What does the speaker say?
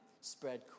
spread